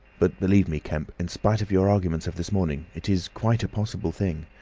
but believe me, kemp, in spite of your arguments of this morning, it is quite a possible thing.